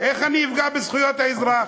איך אני אפגע בזכויות האזרח?